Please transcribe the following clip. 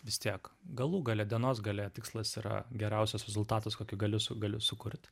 vis tiek galų gale dienos gale tikslas yra geriausias rezultatas kokį galiu galiu sukurt